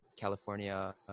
California